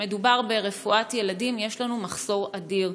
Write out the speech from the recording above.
שכשמדובר ברפואת ילדים יש לנו מחסור אדיר,